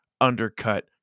undercut